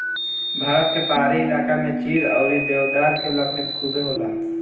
भारत के पहाड़ी इलाका में चीड़ अउरी देवदार के लकड़ी खुबे होला